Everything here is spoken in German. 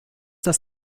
dies